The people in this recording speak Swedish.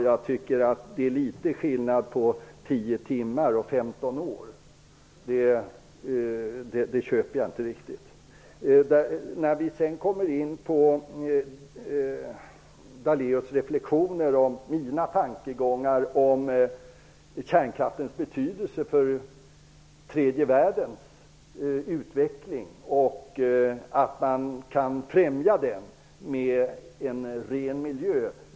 Jag tycker det är litet skillnad på tio timmar och femton år. Den liknelsen köper jag inte riktigt. Lennar Daléus reflekterar över mina tankegångar om kärnkraftens betydelse för att främja tredje världens utveckling med en ren miljö.